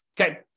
Okay